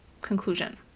Conclusion